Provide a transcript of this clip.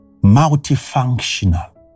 multifunctional